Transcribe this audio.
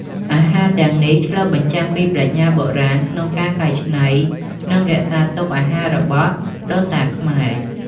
អាហារទាំងនេះឆ្លុះបញ្ចាំងពីប្រាជ្ញាបុរាណក្នុងការកែច្នៃ និងរក្សាទុកអាហាររបស់ដូនតាខ្មែរ។